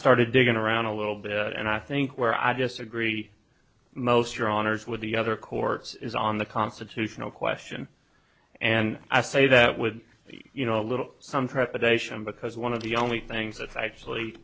started digging around a little bit and i think where i disagree most your honour's with the other courts is on the constitutional question and i say that would you know a little some trepidation because one of the only things that's actually